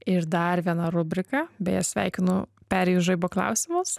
ir dar viena rubrika beje sveikinu perėjus žaibo klausimus